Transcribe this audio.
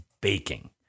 baking